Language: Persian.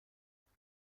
گفتم